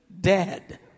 dead